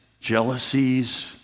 jealousies